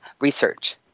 research